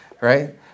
right